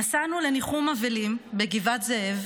נסענו לניחום אבלים בגבעת זאב,